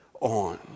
on